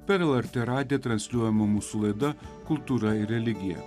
per lrt radiją transliuojama mūsų laida kultūra ir religija